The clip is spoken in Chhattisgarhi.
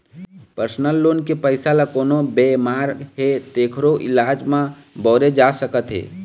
परसनल लोन के पइसा ल कोनो बेमार हे तेखरो इलाज म बउरे जा सकत हे